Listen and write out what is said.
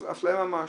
אפליה ממש,